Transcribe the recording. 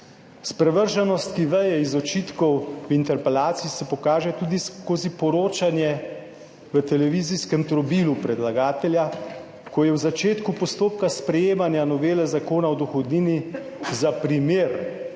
Sprevrženost, ki veje iz očitkov v interpelaciji, se pokaže tudi skozi poročanje v televizijskem trobilu predlagatelja, ko je na začetku postopka sprejemanja novele Zakona o dohodnini za primer,